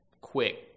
quick